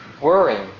worrying